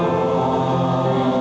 or